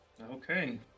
Okay